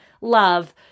love